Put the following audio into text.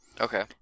Okay